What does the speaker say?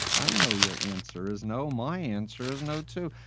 i know your answer is no. my answer is no to.